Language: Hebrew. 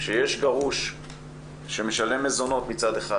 כשיש גרוש שמשלם מזונות מצד אחד,